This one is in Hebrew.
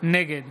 נגד